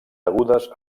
degudes